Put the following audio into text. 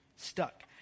stuck